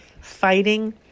fighting